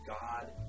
God